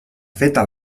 feta